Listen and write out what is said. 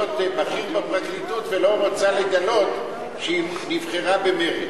בכירה בפרקליטות ולא רוצה לגלות שהיא נבחרה במרצ.